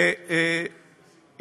בצורה מכובדת,